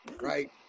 right